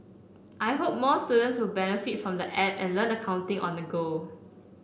I hope more students will benefit from the app and learn accounting on the go